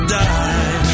die